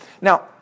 Now